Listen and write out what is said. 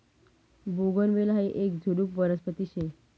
बोगनवेल हायी येक झुडुप वनस्पती शे